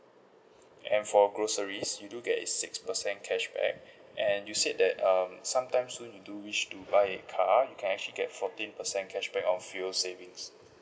and for groceries you do get a six percent cashback and you said that um sometime soon you do wish to buy a car you can actually get fourteen percent cashback off fuel savings